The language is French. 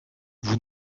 vous